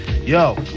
Yo